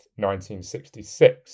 1966